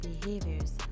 behaviors